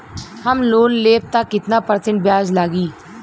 हम लोन लेब त कितना परसेंट ब्याज लागी?